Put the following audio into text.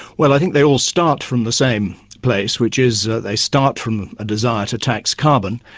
well i think they all start from the same place, which is that they start from a desire to tax carbon,